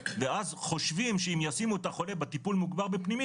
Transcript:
ואז חושבים שאם ישימו את החולה בטיפול מוגבר בפנימית